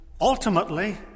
ultimately